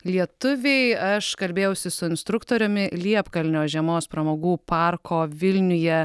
lietuviai aš kalbėjausi su instruktoriumi liepkalnio žiemos pramogų parko vilniuje